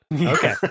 Okay